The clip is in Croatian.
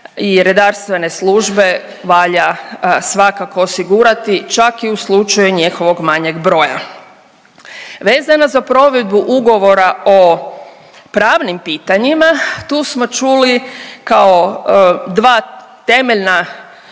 i Redarstvene službe valja svakako osigurati, čak i u slučaju njihovog manjeg broja. Vezano za provedbu ugovora o pravnim pitanjima, tu smo čuli kao dva temeljna